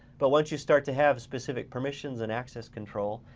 but once you start to have specific permissions and access control,